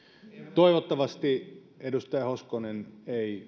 toivottavasti edustaja hoskonen